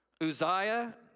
Uzziah